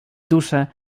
duszę